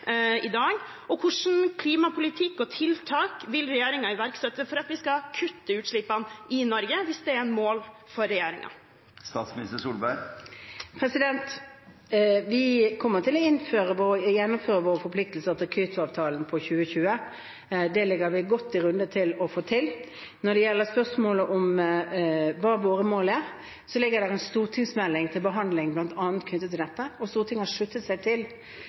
i dag. Hvilken klimapolitikk og hvilke tiltak vil regjeringen iverksette for at vi skal kutte utslippene i Norge, hvis det er et mål for regjeringen? Vi kommer til å gjennomføre våre forpliktelser etter Kyotoavtalen for 2020. Det ligger vi godt i rute med å få til. Når det gjelder spørsmålet om hva våre mål er, ligger det nå en stortingsmelding til behandling. Stortinget har sluttet seg til